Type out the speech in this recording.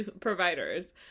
providers